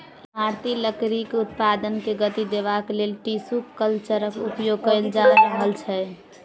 इमारती लकड़ीक उत्पादन के गति देबाक लेल टिसू कल्चरक उपयोग कएल जा रहल छै